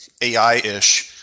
AI-ish